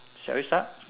shall we start